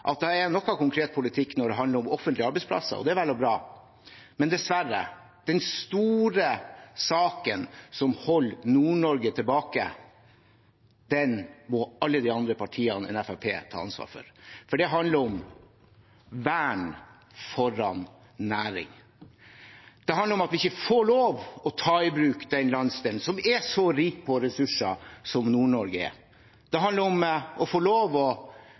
er noe konkret politikk når det handler om offentlige arbeidsplasser. Det er vel og bra, men den store saken som dessverre holder Nord-Norge tilbake, må alle andre partier enn Fremskrittspartiet ta ansvar for, for det handler om vern foran næring. Det handler om at vi ikke får lov til å ta Nord-Norge i bruk, landsdelen som er så rik på ressurser. Det handler om å få lov til å utvikle petroleumsnæring i Lofoten og Vesterålen. Det handler om å få lov til å